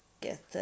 get